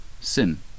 sin